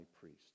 priest